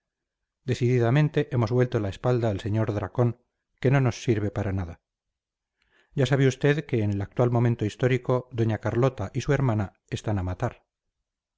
decididamente hemos vuelto la espalda al señor dracón que no nos sirve para nada ya sabe usted que en el actual momento histórico doña carlota y su hermana están a matar